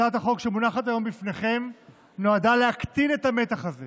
הצעת החוק שמונחת היום בפניכם נועדה להקטין את המתח הזה